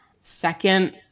second